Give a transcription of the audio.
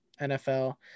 NFL